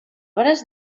obres